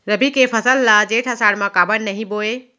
रबि के फसल ल जेठ आषाढ़ म काबर नही बोए?